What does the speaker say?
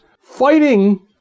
fighting